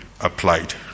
applied